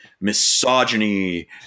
misogyny